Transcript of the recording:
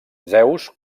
zeus